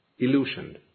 illusioned